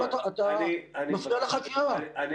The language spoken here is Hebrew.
אמר אתה מפריע לחקירה --- מר פרידמן,